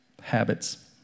habits